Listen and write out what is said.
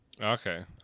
Okay